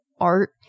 art